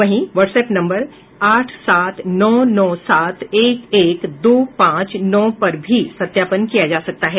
वहीं WhatsApp number आठ सात नौ नौ सात एक एक दो पांच नौ पर भी सत्यापन किया जा सकता है